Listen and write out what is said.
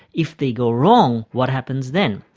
if they go wrong, what happens then.